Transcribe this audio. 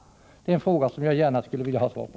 Det är en fråga som jag gärna skulle vilja ha svar på.